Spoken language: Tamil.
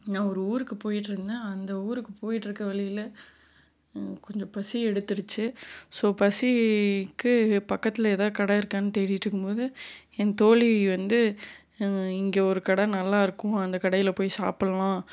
நான் ஒரு ஊருக்கு போயிட்டு இருந்தேன் அந்த ஊருக்கு போயிக்கிட்டு இருக்கிற வழியில் கொஞ்சம் பசி எடுத்துடுச்சு ஸோ பசிக்கு பக்கத்தில் எதாவது கடை இருக்கான்னு தேடிக்கிட்டு இருக்கும் போது என் தோழி வந்து இங்கே ஒரு கடை நல்லா இருக்கும் அந்த கடையில் போய் சாப்பிடலாம்